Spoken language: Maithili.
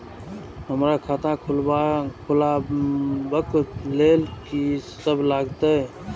हमरा खाता खुलाबक लेल की सब लागतै?